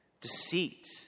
deceit